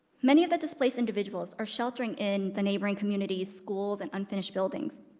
many of the displaced individuals are sheltering in the neighboring community's schools and unfinished buildings,